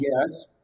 yes